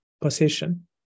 position